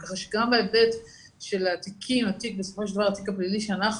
כך שגם בהיבט של התיק הפלילי שאנחנו